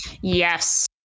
Yes